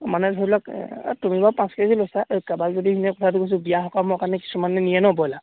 মানে ধৰি লওক তুমি বাৰু পাঁচ কেজি লৈছা এই কাৰোবাক যদি এনে কথাটো কৈছো বিয়া সকামৰ কাৰণে কিছুমানে নিয়ে নহ্ ব্ৰয়লা